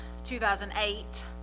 2008